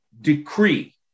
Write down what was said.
decree